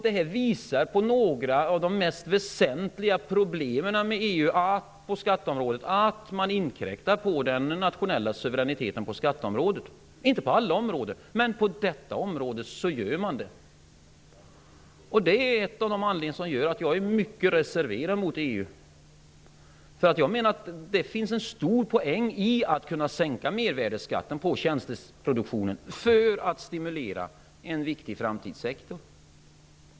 Detta visar på några av de mest väsentliga problemen med EU på skatteområdet, att man inkräktar på den nationella suveräniteten på skatteområdet. Det gäller inte alla områden, men på detta område gör man det. Det är en av anledningarna till att jag är mycket reserverad mot EU. Jag menar att det finns en stor poäng i att kunna sänka mervärdesskatten på tjänsteproduktionen för att stimulera en viktig framtidssektor.